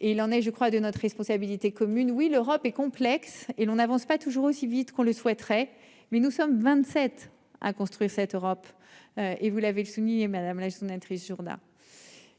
Et il en est je crois de notre responsabilité commune oui, l'Europe est complexe et l'on n'avance pas toujours aussi vite qu'on le souhaiterait, mais nous sommes 27. Hein. Construire cette Europe. Et vous l'avez souligné madame la sénatrice Jourda.